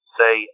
say